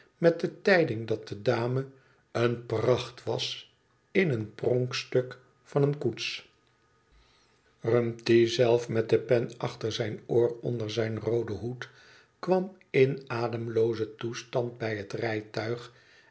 met de tijding dat de dame een pracht was ineen pronkstuk van een koets rumty zelf met de pen achter zijn oor onderzijn rooden hoed kwam in ademloozen toestand bij het rijtuig